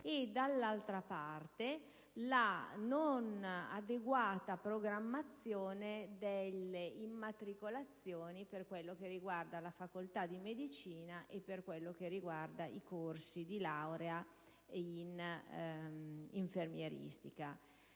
dall'altra parte, la non adeguata programmazione delle immatricolazioni per quanto riguarda la facoltà di medicina e i corsi di laurea in infermieristica.